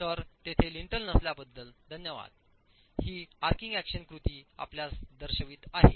तर तेथे लिंटल नसल्याबद्दल धन्यवाद ही आर्चिंग अॅक्शन कृती आपल्यास दर्शवित आहे